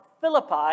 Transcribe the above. Philippi